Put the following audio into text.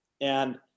And-